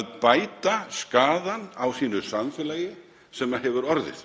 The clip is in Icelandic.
að bæta skaðann á sínu samfélagi sem hefur orðið.